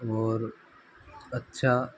और अच्छा